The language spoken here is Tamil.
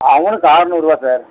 அவனுக்கு ஆறுநூறுரூவா சார்